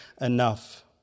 enough